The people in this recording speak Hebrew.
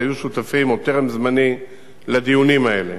היו שותפים עוד טרם זמני לדיונים האלה.